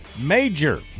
Major